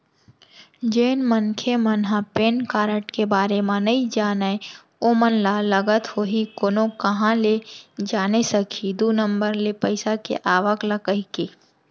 जेन मनखे मन ह पेन कारड के बारे म नइ जानय ओमन ल लगत होही कोनो काँहा ले जाने सकही दू नंबर ले पइसा के आवक ल कहिके